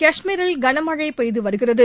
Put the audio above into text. கஷ்மீரில் கனமழை பெய்து வருகிறது